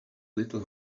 little